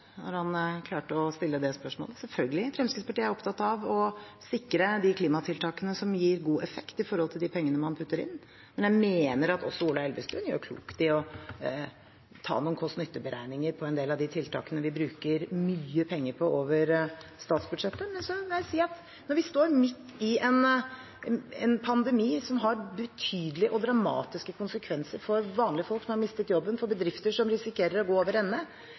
når han klarte å stille det spørsmålet. Selvfølgelig er Fremskrittspartiet opptatt av å sikre de klimatiltakene som gir god effekt i forhold til de pengene man putter inn. Men jeg mener at også Ola Elvestuen gjør klokt i å ta noen kost–nytte-beregninger av en del av de tiltakene vi bruker mye penger på over statsbudsjettet. Så vil jeg si at når vi står midt i en pandemi som har betydelige og dramatiske konsekvenser for vanlige folk som har mistet jobben, for bedrifter som risikerer å gå over ende,